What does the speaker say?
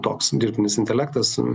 toks dirbtinis intelektas